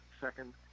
second